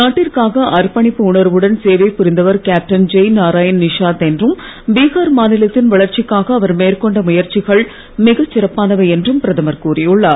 நாட்டிற்காக அர்ப்பணிப்பு உணர்வுடன் சேவை புரிந்தவர் கேப்டன் ஜெய் நாராயண் நிஷாத் என்றும் பீஹார் மாநிலத்தின் வளர்ச்சிக்காக அவர் மேற்கொண்ட முயற்சிகள் மிகச்சிறப்பானவை என்றும் பிரதமர் கூறியுள்ளார்